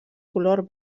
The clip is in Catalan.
color